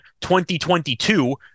2022